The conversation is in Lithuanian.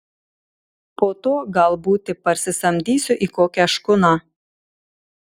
po to gal būti parsisamdysiu į kokią škuną